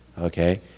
okay